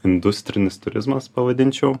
industrinis turizmas pavadinčiau